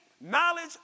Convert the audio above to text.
knowledge